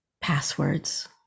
Passwords